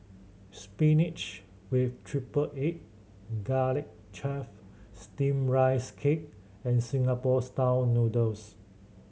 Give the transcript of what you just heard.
spinach with triple egg Garlic Chives Steamed Rice Cake and Singapore Style Noodles